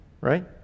right